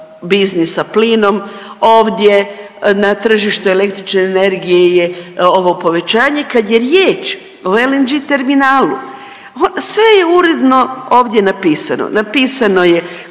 biznis sa plinom, ovdje na tržištu električne energije je ovo povećanje, kad je riječ o LNG terminalu sve je uredno ovdje napisano. Napisano je